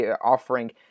offering